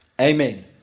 Amen